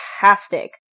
fantastic